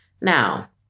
Now